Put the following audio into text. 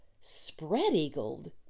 spread-eagled